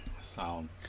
Sound